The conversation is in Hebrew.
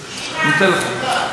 המליאה.)